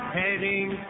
heading